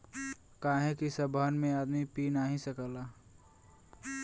काहे कि सबहन में आदमी पी नाही सकला